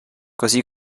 così